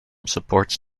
supports